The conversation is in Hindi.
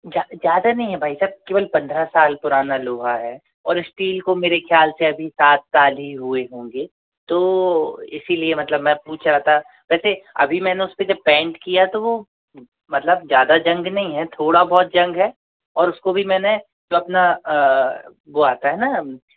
ज़्यादा नहीं है भाई साहब केवल पंद्रह साल पुराना लोहा है और इस्टील को मेरे ख्याल से अभी सात साल ही हुए होंगे तो इसीलिए मतलब मैं पूछ रहा था वैसे अभी मैंने उसपे जब पेंट किया तो वो मतलब ज़्यादा जंग नहीं है थोड़ा बहुत जंग है और उसको भी मैंने तो अपना वो आता है ना